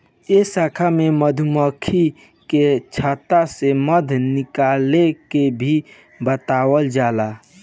ए शाखा में मधुमक्खी के छता से मध निकाले के भी बतावल जाला